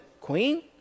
queen